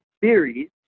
theories